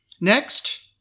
Next